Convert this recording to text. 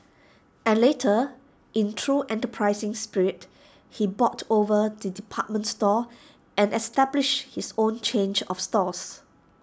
and later in true enterprising spirit he bought over the department store and established his own change of stores